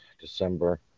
December